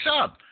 up